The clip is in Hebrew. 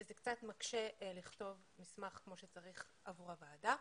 וזה קצת מקשה לכתוב מסמך כפי שצריך עבור הוועדה.